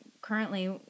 Currently